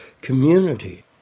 community